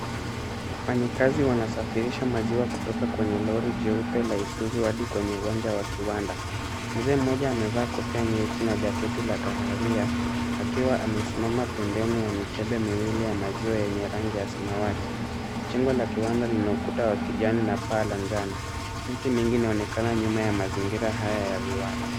Wafanyikazi wanasafirisha maziwa kutoka kwenye lori jeupe la Isuzu hadi kwenye uwanja wa Kiwanda, mzee mmoja amevaa kofia nyeusi na jaketi la kahawia akiwa amesimama pembeni ya mikebe miwili ya maziwa yenye rangi ya samawati, jengo la Kiwanda linaokuta wa kijani na paa la njano, miti mingi naonekana nyuma ya mazingira haya ya buara.